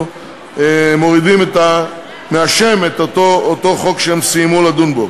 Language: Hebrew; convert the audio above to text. אנחנו מאשרים את אותו חוק שהם סיימו לדון בו.